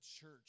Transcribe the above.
church